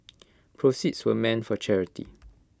proceeds were meant for charity